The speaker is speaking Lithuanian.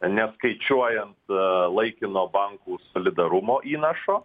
neskaičiuojant laikino bankų solidarumo įnašo